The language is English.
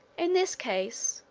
in this case,